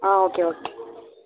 okay okay